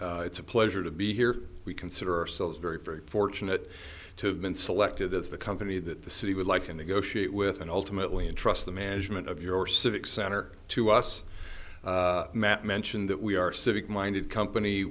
opportunity it's a pleasure to be here we consider ourselves very very fortunate to have been selected as the company that the city would like to negotiate with and ultimately entrust the management of your civic center to us matt mentioned that we are civic minded company